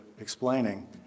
explaining